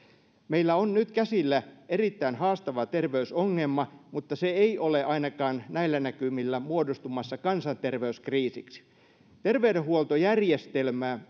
meillä on nyt käsillä erittäin haastava terveysongelma mutta se ei ole ainakaan näillä näkymillä muodostumassa kansanterveyskriisiksi terveydenhuoltojärjestelmää